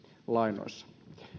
lainoissa